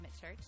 Church